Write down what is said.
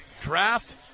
draft